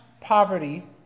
poverty